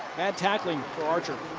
bad tackling for archer.